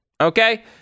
Okay